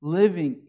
living